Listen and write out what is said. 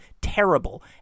terrible